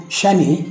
Shani